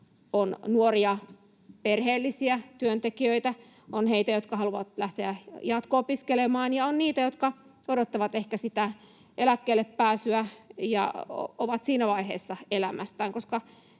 on nuoria perheellisiä työntekijöitä, on heitä, jotka haluavat lähteä jatko-opiskelemaan, ja on niitä, jotka odottavat ehkä eläkkeelle pääsyä ja ovat siinä vaiheessa elämässään.